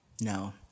no